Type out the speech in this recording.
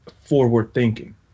forward-thinking